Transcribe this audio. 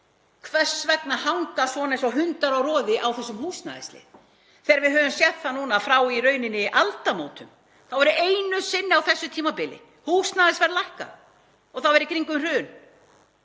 Hvers vegna að hanga svona eins og hundar á roði á þessum húsnæðislið þegar við höfum séð að núna frá í rauninni aldamótum þá hefur einu sinni á þessu tímabili húsnæðisverð lækkað og það var í kringum hrun?